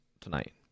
tonight